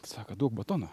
sako duok batoną